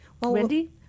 Wendy